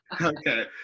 Okay